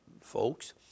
folks